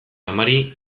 amari